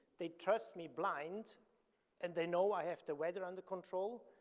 they trust me blind and they know i have the weather under control,